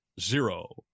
zero